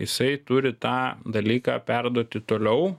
jisai turi tą dalyką perduoti toliau